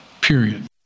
period